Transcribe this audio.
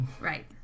Right